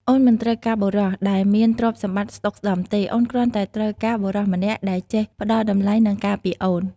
អូនមិនត្រូវការបុរសដែលមានទ្រព្យសម្បត្តិស្តុកស្តម្ភទេ អូនគ្រាន់តែត្រូវការបុរសម្នាក់ដែលចេះផ្តល់តម្លៃ និងការពារអូន។